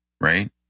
right